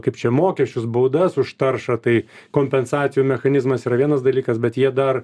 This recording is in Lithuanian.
kaip čia mokesčius baudas už taršą tai kompensacijų mechanizmas yra vienas dalykas bet jie dar